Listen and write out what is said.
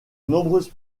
nombreuses